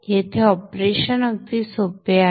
येथे ऑपरेशन अगदी सोपे आहे